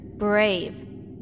Brave